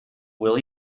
will